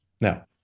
Now